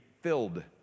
filled